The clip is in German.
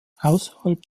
außerhalb